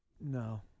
No